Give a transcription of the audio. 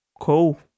Cool